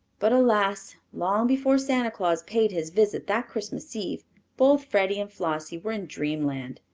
but alas! long before santa claus paid his visit that christmas eve both freddie and flossie were in dreamland,